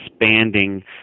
expanding